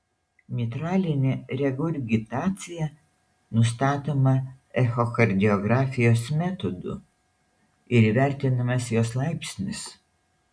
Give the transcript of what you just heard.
mitralinė regurgitacija nustatoma echokardiografijos metodu ir įvertinamas jos laipsnis